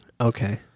Okay